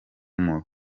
mubihugu